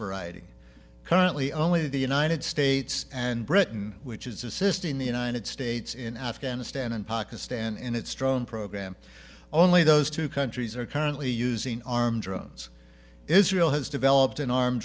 variety currently only the united states and britain which is assisting the united states in afghanistan and pakistan in its drone program only those two countries are currently using armed drones israel has developed an arm